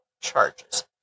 charges